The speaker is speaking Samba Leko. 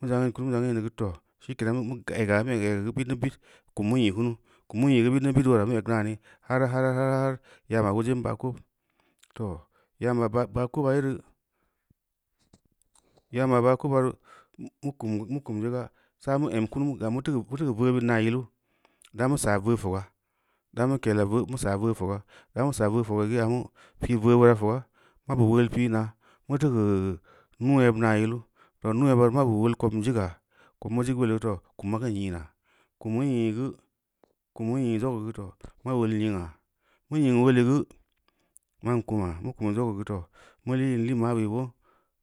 Mu zangin kunu, mu zongini neu too, shikenan mu egga mu egeu geu bid mu bid kum mu nyi kumu, kum nuu nyi kunu, kum mu nyei i geu bid mu bid uleura mu eg naa ni har har har har yaa ma’ ulajen ba kob, too, yaa ma’ ba koba reu, mu yaa mi ba koba reu mu kunje ga zamu euk kunu gam bu teu geu veu bid naa yilu, damu saa veu foga, da mu kela mu saa veu foga, damu saa veu fogeu geu yamu pi veu bira foga, mabu uleul pi’na muteu geu nuu yeb naa yilu to, nuu yeba reu mabu uleul kobm ziga, kob mu zig uleuleu geu too, kum makin nyi’na, kum mu nyi’i geu, man kuma mu kumi zogeu geu loo mu lii in liin mabee boo